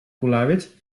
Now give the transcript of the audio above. kulawiec